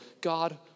God